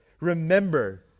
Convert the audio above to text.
Remember